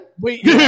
Wait